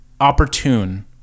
opportune